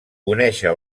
conèixer